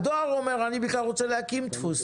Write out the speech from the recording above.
הדואר אומר הוא רוצה להקים דפוס.